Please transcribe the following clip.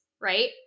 right